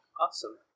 Awesome